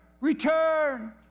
return